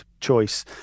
choice